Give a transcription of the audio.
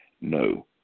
no